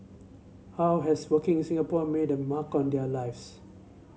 how has working in Singapore a made a mark on their lives